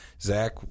Zach